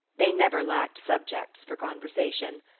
they never lacked subjects for conversation.